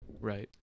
Right